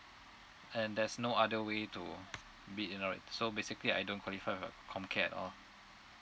then there's no other way to be in alright so basically I don't qualify the comcare at all